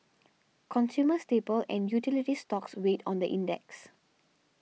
consumer staple and utility stocks weighed on the index